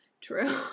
True